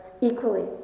equally